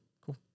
Cool